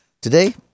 Today